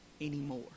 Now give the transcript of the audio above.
anymore